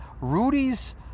Rudy's